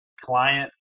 client